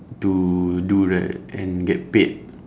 to do right and get paid